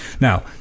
Now